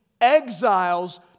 exiles